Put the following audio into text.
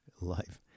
life